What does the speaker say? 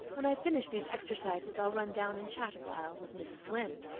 when i've finished these exercises i'll run down and chat awhile with mrs. lynde,